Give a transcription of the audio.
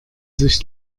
sich